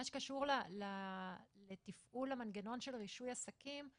מה שקשור לתפעול מנגנון של רישוי עסקים,